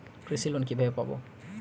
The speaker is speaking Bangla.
কৃষি লোন কিভাবে পাব?